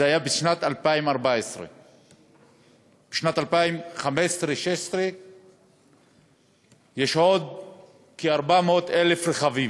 זה היה בשנת 2014. בשנת 2015 יש עוד כ-400,000 רכבים.